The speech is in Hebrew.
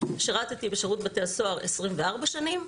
שירתי בשירות בתי הסוהר 24 שנים,